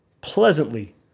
pleasantly